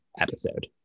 episode